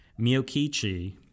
Miyokichi